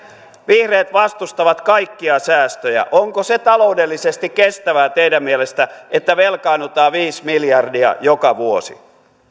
vihreät vastustavat kaikkia säästöjä onko se taloudellisesti kestävää teidän mielestänne että velkaannutaan viisi miljardia joka vuosi